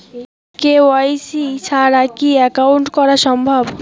KYC ছাড়া কি account করা সম্ভব?